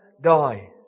die